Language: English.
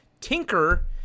Tinker